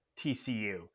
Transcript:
TCU